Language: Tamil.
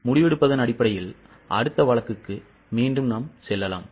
முடிவெடுப்பதன் அடிப்படையில் அடுத்த வழக்குக்கு மீண்டும் செல்லலாம்